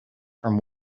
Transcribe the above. from